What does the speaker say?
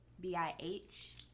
B-I-H